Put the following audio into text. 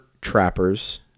trappers